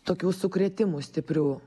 tokių sukrėtimų stiprių